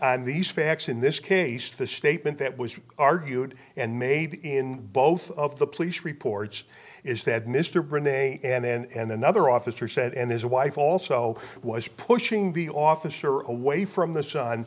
and these facts in this case the statement that was argued and made in both of the police reports is that mr brown they and another officer said and his wife also was pushing the officer a way from the sun